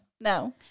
No